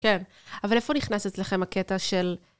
כן, אבל איפה נכנסת לכם הקטע של...